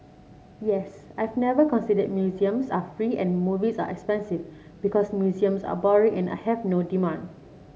yes I've never considered museums are free and movies are expensive because museums are boring and have no demand